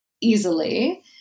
easily